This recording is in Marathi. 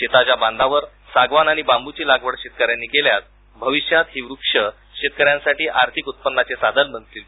शेताच्या बांधावर सागवान आणि बांबूची लागवड शेतकऱ्यांनी केल्यास भविष्यात ही व्रक्ष शेतकऱ्यांसाठी आर्थिक उत्पन्नाचे साधन बनतील